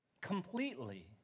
completely